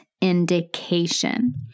indication